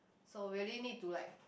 so really need to like